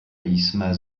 jsme